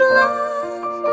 love